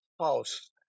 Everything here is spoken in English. house